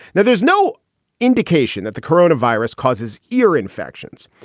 now, there's no indication that the corona virus causes ear infections,